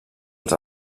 els